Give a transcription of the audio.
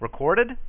recorded